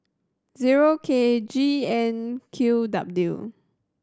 zero K G N Q W